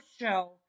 show